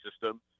system